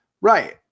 Right